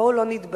בואו לא נתבלבל.